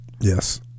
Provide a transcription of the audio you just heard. Yes